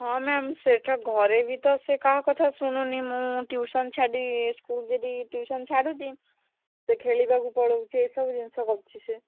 ହଁ ମ୍ୟାମ୍ ସେ ତ ଘରେ ବି ତ ସେ କାହା କଥା ଶୁଣୁନି ମୁଁ ଟିଉସନ୍ ଛାଡ଼ି ସ୍କୁଲ୍ ଯଦି ଟିଉସନ୍ ଛାଡ଼ୁଛି ସେ ଖେଳିବାକୁ ପଳଉଛି ଏସବୁ ଜିନିଷ କରୁଛି ସେ